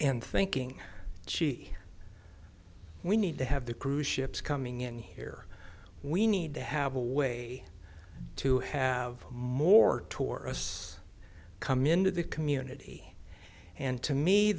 and thinking gee we need to have the cruise ships coming in here we need to have a way to have more tourists come into the community and to me